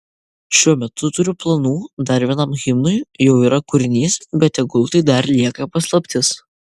šiuo metu turiu planų dar vienam himnui jau yra kūrinys bet tegul tai dar lieka paslaptis